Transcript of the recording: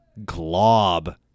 Glob